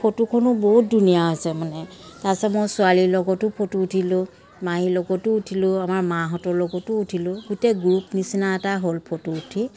ফটোখনো বহুত ধুনীয়া হৈছে মানে তাৰ পিছত মই ছোৱালীৰ লগতো ফটো উঠিলোঁ মাহীৰ লগতো উঠিলোঁ আমাৰ মাহঁতৰ লগতো উঠিলোঁ গোটেই গ্ৰুপ নিচিনা এটা হ'ল ফটো উঠি